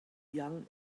young